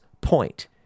point